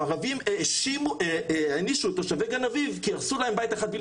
הערבים הענישו את תושבי גני אביב כי הרסו להם בית אחד בלתי